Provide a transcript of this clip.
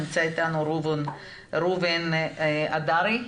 נמצא איתנו ראובן אדרעי.